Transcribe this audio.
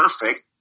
perfect